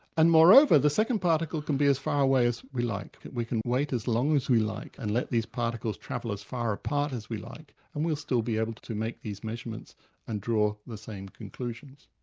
and moreover, the second particle can be as far away as we like. we can wait as long as we like and let these particles travel as far apart as we like, and we'll still be able to make these measurements and draw the same conclusions.